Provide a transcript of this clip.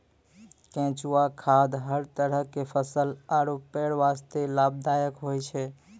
केंचुआ खाद हर तरह के फसल आरो पेड़ वास्तॅ लाभदायक होय छै